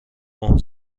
عمر